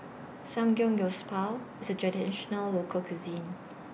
Samgeyopsal IS A Traditional Local Cuisine